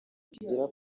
kigera